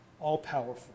all-powerful